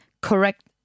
correct